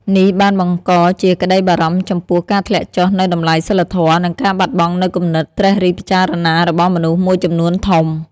នេះបានបង្កជាក្តីបារម្ភចំពោះការធ្លាក់ចុះនូវតម្លៃសីលធម៌ និងការបាត់បង់នូវគំនិតត្រិះរិះពិចារណារបស់មនុស្សមួយចំនួនធំ។